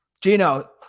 Gino